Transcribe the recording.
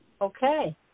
Okay